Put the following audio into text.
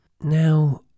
Now